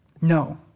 No